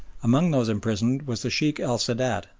among those imprisoned was the sheikh el sadat,